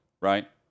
right